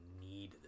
need